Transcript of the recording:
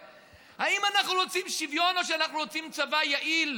האם אנחנו רוצים שוויון או שאנחנו רוצים צבא יעיל?